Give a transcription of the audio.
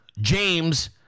James